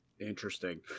Interesting